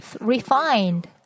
refined